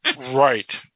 Right